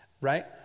right